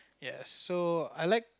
yes so I like